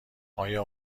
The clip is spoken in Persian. آیا